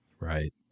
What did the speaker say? Right